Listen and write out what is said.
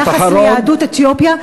ביחס ליהדות אתיופיה.